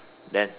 then